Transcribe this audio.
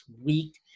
week